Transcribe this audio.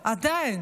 עדיין,